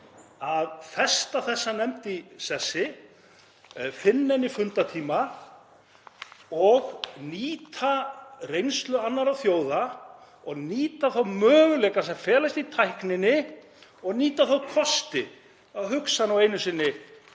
að festa þessa nefnd í sessi, finna henni fundartíma og nýta reynslu annarra þjóða og nýta þá möguleika sem felast í tækninni og nýta þá kosti að hugsa nú einu sinni